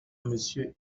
monsieur